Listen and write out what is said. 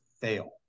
fail